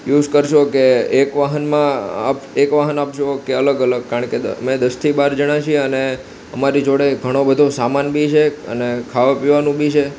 use કરશો કે એક વાહનમાં આપ એક વાહન આપશો કે અલગ અલગ કારણ કે દસ અમે દસથી બાર જણા છીએ અને અમારી જોડે ઘણો બધો સામાન બી છે અને ખાવા પીવાનું બી છે